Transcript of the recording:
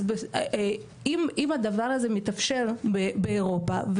אז אם הדבר הזה מתאפשר באירופה,